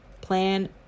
plan